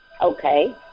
Okay